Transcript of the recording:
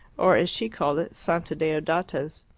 or as she called it, santa deodata's.